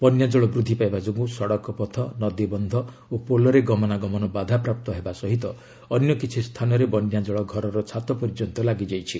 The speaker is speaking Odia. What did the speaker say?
ବନ୍ୟା ଜଳ ବୃଦ୍ଧି ପାଇବା ଯୋଗୁଁ ସଡ଼କ ପଥ ନଦୀବନ୍ଧ ଓ ପୋଲରେ ଗମନାଗମନ ବାଧାପ୍ରାପ୍ତ ହେବା ସହିତ ଅନ୍ୟ କିଛି ସ୍ଥାନରେ ବନ୍ୟା ଜଳ ଘରର ଛାତ ପର୍ଯ୍ୟନ୍ତ ଲାଗିଯାଇଛି